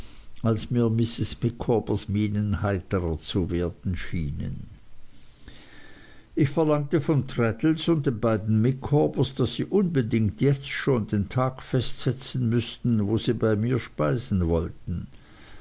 als mir mrs micawbers mienen heiterer zu werden schienen ich verlangte von traddles und den beiden micawbers daß sie unbedingt jetzt schon den tag festsetzen müßten wo sie bei mir speisen wollten